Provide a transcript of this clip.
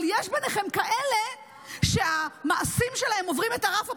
אבל יש ביניכם כאלה שהמעשים שלהם עוברים את הרף הפלילי,